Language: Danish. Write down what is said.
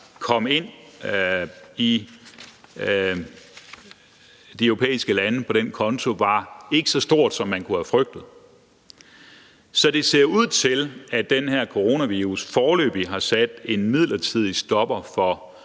kom ind i de europæiske lande på den konto, var ikke så stort, som man kunne have frygtet. Så det ser ud til, at den her coronavirus foreløbig har sat en midlertidig stopper for